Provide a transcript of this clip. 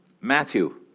Matthew